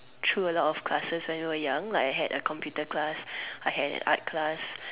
through a lot of classes when we were young I had a computer class I had an art class